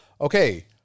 Okay